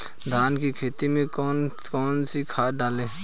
धान की खेती में कौन कौन सी खाद डालें?